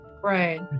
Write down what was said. Right